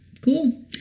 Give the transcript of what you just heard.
cool